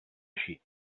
així